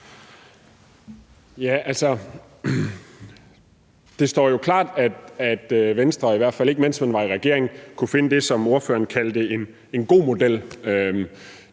Joel (S): Det står jo klart, at Venstre ikke – i hvert fald ikke, mens man var i regering – kunne finde det, som ordføreren kaldte en god model.